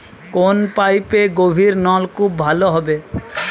কোন পাইপে গভিরনলকুপ ভালো হবে?